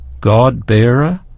God-Bearer